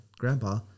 grandpa